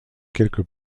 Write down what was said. quelques